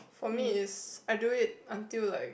for it's I do it until like